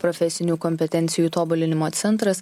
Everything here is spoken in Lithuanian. profesinių kompetencijų tobulinimo centras